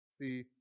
See